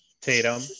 Tatum